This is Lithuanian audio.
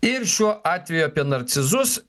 ir šiuo atveju apie narcizus